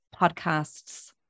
podcasts